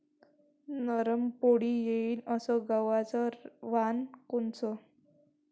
नरम पोळी येईन अस गवाचं वान कोनचं?